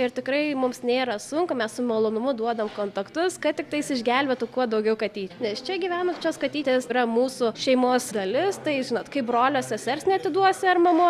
ir tikrai mums nėra sunku mes su malonumu duodam kontaktus kad tiktais išgelbėtų kuo daugiau katy nes čia gyvenančios katytės yra mūsų šeimos dalis tai žinot kaip brolio sesers neatiduosi ar mamos